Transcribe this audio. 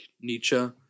Nietzsche